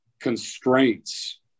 constraints